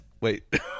wait